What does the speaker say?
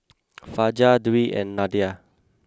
Fajar Dwi and Nadia